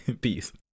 Peace